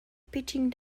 pitching